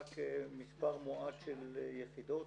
רק מספר מועט של יחידות.